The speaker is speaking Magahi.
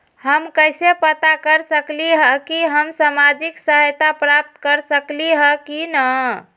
हम कैसे पता कर सकली ह की हम सामाजिक सहायता प्राप्त कर सकली ह की न?